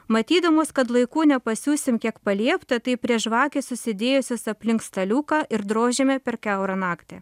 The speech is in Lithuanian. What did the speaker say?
matydamos kad laiku nepasiūsim kiek paliepta tai prie žvakės susidėjusios aplink staliuką ir drožiame per kiaurą naktį